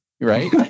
right